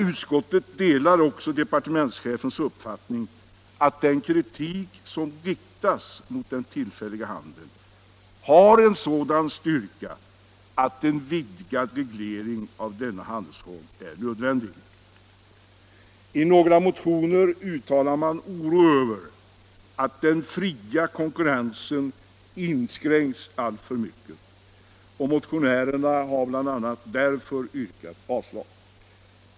Utskottet delar departementschefens uppfattning att den kritik som riktats mot den tillfälliga handeln har sådan styrka att en vidgad reglering av denna handelsform är nödvändig. I några motioner uttalas oro över att den fria konkurrensen inskränks alltför mycket. Motionärerna har bl.a. därför yrkat avslag på propositionen.